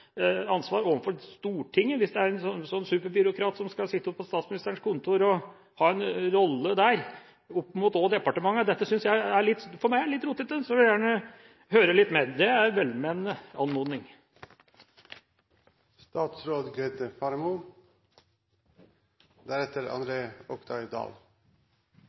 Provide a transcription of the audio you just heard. ansvar overfor Stortinget hvis det er en sånn superbyråkrat som skal sitte på Statsministerens kontor og ha en rolle der også opp mot departementet? For meg er det litt rotete, så jeg vil gjerne høre litt mer. Det er en velment anmodning.